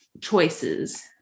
choices